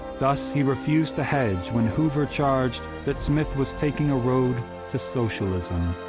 thus he refused to hedge when hoover charged that smith was taking a road to socialism.